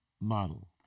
model